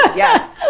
ah yes! so